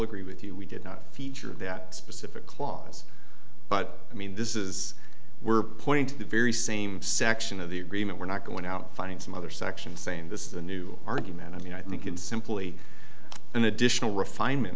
agree with you we did not feature that specific clause but i mean this is we're pointing to the very same section of the agreement we're not going out finding some other section saying this is a new argument i mean i think it's simply an additional refinement